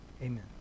Amen